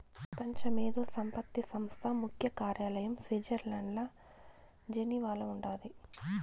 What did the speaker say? పెపంచ మేధో సంపత్తి సంస్థ ముఖ్య కార్యాలయం స్విట్జర్లండ్ల జెనీవాల ఉండాది